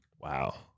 Wow